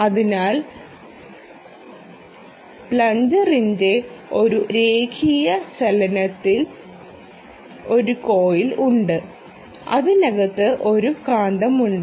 അതിനാൽ പ്ലങ്കറിന്റെ ഒരു രേഖീയ ചലനത്തിൽ ഒരു കോയിൽ ഉണ്ട് അതിനകത്ത് ഒരു കാന്തമുണ്ട്